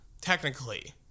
technically